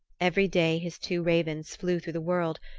every day his two ravens flew through the world,